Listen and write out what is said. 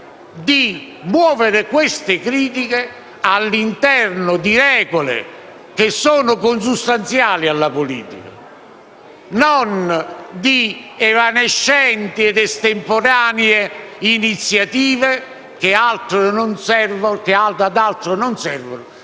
si muovono le critiche all'interno di regole consustanziali alla politica, non di evanescenti ed estemporanee iniziative che non servono